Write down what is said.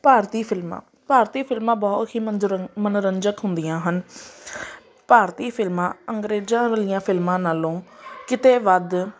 ਭਾਰਤੀ ਫਿਲਮਾਂ ਭਾਰਤੀ ਫਿਲਮਾਂ ਬਹੁਤ ਹੀ ਮਨੋਜਰ ਮਨੋਰੰਜਕ ਹੁੰਦੀਆਂ ਹਨ ਭਾਰਤੀ ਫਿਲਮਾਂ ਅੰਗਰੇਜ਼ਾਂ ਵਾਲੀਆਂ ਫਿਲਮਾਂ ਨਾਲੋਂ ਕਿਤੇ ਵੱਧ